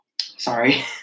sorry